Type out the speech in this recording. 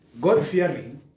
God-fearing